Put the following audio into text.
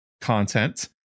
content